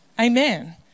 Amen